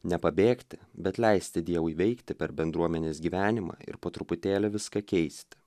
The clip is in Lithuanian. nepabėgti bet leisti dievui veikti per bendruomenės gyvenimą ir po truputėlį viską keisti